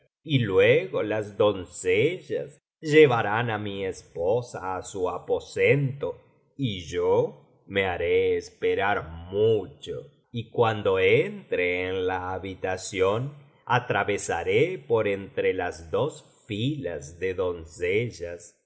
y luego las doncellas llevarán á mi esposa á su aposento y yo me haré esperar mucho y cuando entre en la habitación atravesaré por entre las dos filas de doncellas y